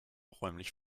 räumlich